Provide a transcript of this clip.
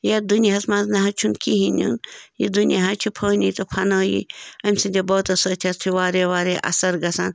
یَتھ دُنیاہَس منٛز نَہ حظ چھُنہٕ کِہیٖنۍ نیُن یہِ دُنیا حظ چھِ فٲنی تہٕ فَنٲیی أمۍ سٕنٛدیو بٲتو سۭتۍ حظ چھِ واریاہ واریاہ اَثر گژھان